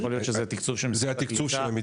זה תקצוב של המדינה,